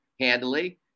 handily